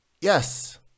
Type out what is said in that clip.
Yes